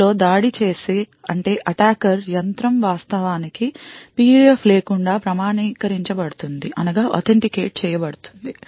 ఇందులో దాడి చేసే యంత్రం వాస్తవానికి PUF లేకుండా ప్రామాణీకరించబడుతుంది